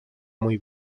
muy